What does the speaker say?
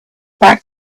back